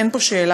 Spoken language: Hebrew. אין פה שאלה.